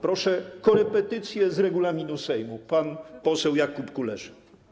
Proszę, korepetycje z regulaminu Sejmu - pan poseł Jakub Kulesza.